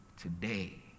today